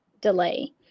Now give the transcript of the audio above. delay